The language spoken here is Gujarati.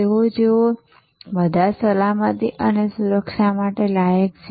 તેઓ જેઓ બધા સલામતી અને સુરક્ષા માટે લાયક છે